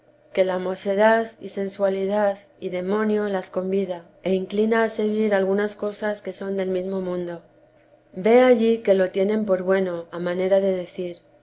que la mocedad y sensualidad y demcnio las convida e inclina a seguir algunas cosas que son del mesmo mundo ve allí que lo tienen por bueno a manera de decir